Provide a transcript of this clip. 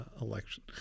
election